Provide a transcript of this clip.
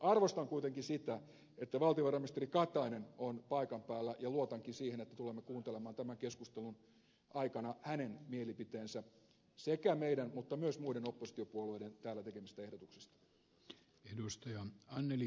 arvostan kuitenkin sitä että valtiovarainministeri katainen on paikan päällä ja luotankin siihen että tulemme kuuntelemaan tämän keskustelun aikana hänen mielipiteensä sekä meidän että myös muiden oppositiopuolueiden täällä tekemistä ehdotuksista